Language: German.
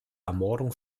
ermordung